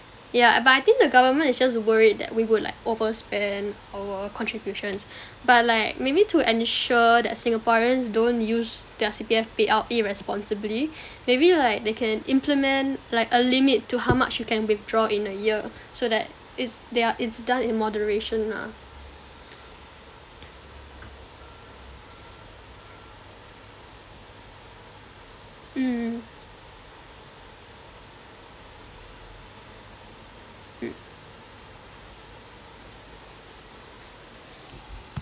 yeah but I think the government is just worried that we would like overspend our contributions but like maybe to ensure that singaporeans don't use their C_P_F payout irresponsibly maybe like they can implement like a limit to how much you can withdraw in a year so that it's their it's done in moderation lah mm mm